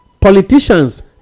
politicians